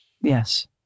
Yes